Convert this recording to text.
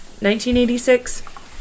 1986